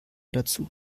dazu